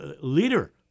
leader